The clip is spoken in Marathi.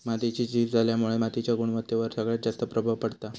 मातीची झीज झाल्यामुळा मातीच्या गुणवत्तेवर सगळ्यात जास्त प्रभाव पडता